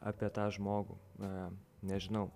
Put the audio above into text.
apie tą žmogų na nežinau